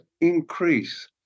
increase